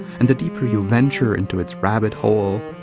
and the deeper you venture into its rabbit hole,